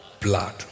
blood